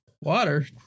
water